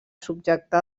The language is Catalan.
subjectar